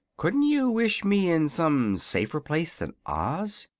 couldn't you wish me in some safer place than oz.